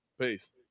Peace